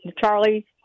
Charlie